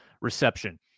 reception